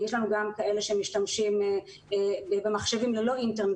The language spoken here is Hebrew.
יש לנו גם כאלה שמשתמשים במחשבים ללא אינטרנט,